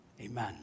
Amen